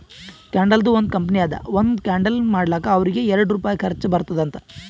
ಕ್ಯಾಂಡಲ್ದು ಒಂದ್ ಕಂಪನಿ ಅದಾ ಒಂದ್ ಕ್ಯಾಂಡಲ್ ಮಾಡ್ಲಕ್ ಅವ್ರಿಗ ಎರಡು ರುಪಾಯಿ ಖರ್ಚಾ ಬರ್ತುದ್ ಅಂತ್